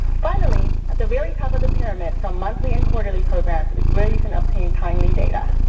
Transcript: finally, at the very top of the pyramid for monthly and quarterly programs is where you can obtain timely data.